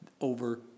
over